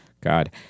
God